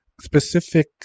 specific